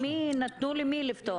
נתנו למי לפתוח?